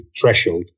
threshold